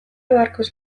barkos